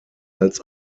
als